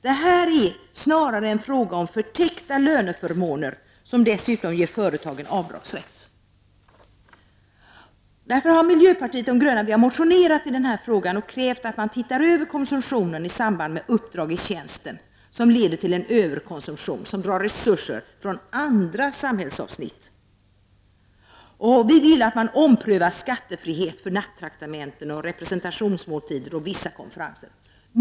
Det här är snarare fråga om förtäckta löneförmåner, som dessutom ger företagen avdragsrätt. Därför har miljöpartiet de gröna motionerat i denna fråga och krävt att man tittar över konsumtionen i samband med uppdrag i tjänsten som leder till en överkonsumtion, som drar resurser från andra samhällsavsnitt. Vi vill att man omprövar skattefrihet för nattraktamenten, representationsmåltider och vissa konferenser.